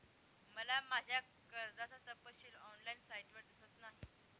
मला माझ्या कर्जाचा तपशील ऑनलाइन साइटवर दिसत नाही